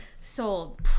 Sold